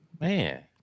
man